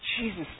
Jesus